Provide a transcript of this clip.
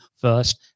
first